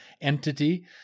entity